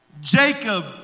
Jacob